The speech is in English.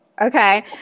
Okay